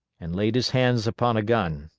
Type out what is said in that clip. and laid his hands upon a gun.